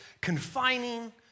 confining